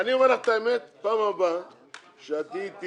אני אומר לך את האמת, בפעם הבאה שתהיי איתי